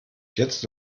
jetzt